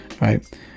right